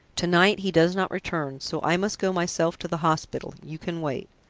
to-night he does not return, so i must go myself to the hospital you can wait.